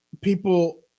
people